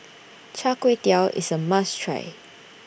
Char Kway Teow IS A must Try